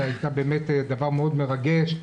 והייתה באמת מרגשת מאוד,